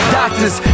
doctors